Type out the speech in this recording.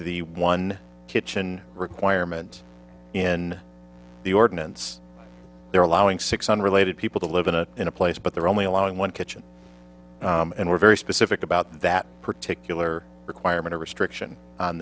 kept the one kitchen requirement in the ordinance they're allowing six unrelated people to live in a in a place but they're only allowing one kitchen and we're very specific about that particular requirement a restriction on